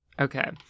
Okay